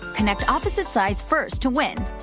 connect opposite sides first to win!